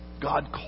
God